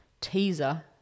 teaser